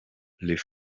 les